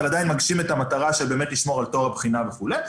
עדיין מגשים את המטרה של לשמור על טוהר הבחינה וכולי,